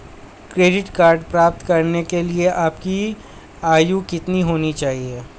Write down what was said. Credit card प्राप्त करने के लिए आपकी आयु कितनी होनी चाहिए?